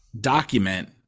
document